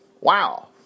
Wow